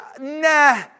nah